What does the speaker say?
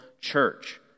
church